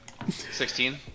16